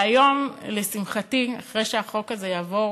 והיום, לשמחתי, אחרי שהחוק הזה יעבור